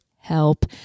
help